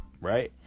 right